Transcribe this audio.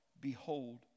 Behold